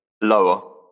Lower